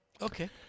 Okay